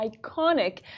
iconic